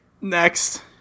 Next